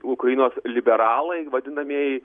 ukrainos liberalai vadinamieji